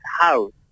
house